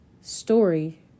story